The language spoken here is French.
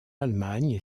allemagne